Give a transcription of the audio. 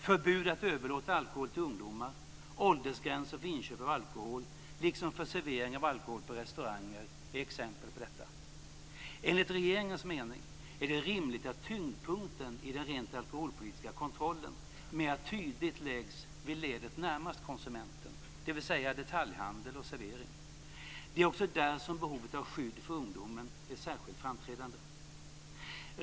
Förbud att överlåta alkohol till ungdomar, åldersgränser för inköp av alkohol liksom för servering av alkohol på restauranger är exempel på detta. Enligt regeringens mening är det rimligt att tyngdpunkten i den rent alkoholpolitiska kontrollen mer tydligt läggs vid ledet närmast konsumenten, dvs. detaljhandel och servering. Det är också där som behovet av skydd för ungdomen är särskilt framträdande.